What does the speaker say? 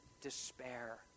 despair